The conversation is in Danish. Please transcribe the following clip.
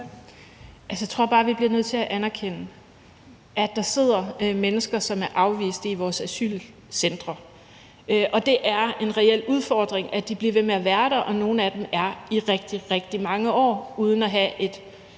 jeg tror bare, vi bliver nødt til at anerkende, at der i vores asylcentre sidder mennesker, som er afvist, og det er en reel udfordring, at de bliver ved med at være der, og at nogle af dem er der i rigtig, rigtig mange år uden at have et